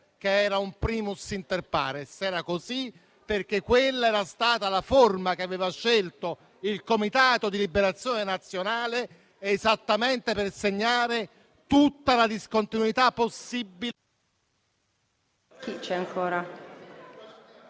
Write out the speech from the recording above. che era un *primus inter pares*; era così perché quella era stata la forma che aveva scelto il Comitato di liberazione nazionale, esattamente per segnare tutta la discontinuità possibile